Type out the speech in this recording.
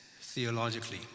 theologically